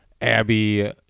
Abby